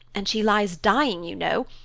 and she lies dying, you know.